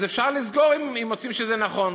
אז אפשר לסגור אם מוצאים שזה נכון.